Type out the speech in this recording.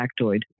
factoid